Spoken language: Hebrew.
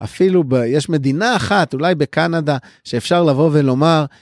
אפילו יש מדינה אחת אולי בקנדה שאפשר לבוא ולומר.